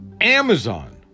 Amazon